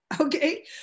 okay